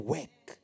Work